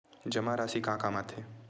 जमा राशि का काम आथे?